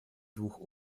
двух